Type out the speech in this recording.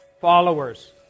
followers